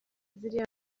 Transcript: ziriya